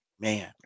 Man